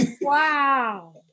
Wow